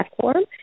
platform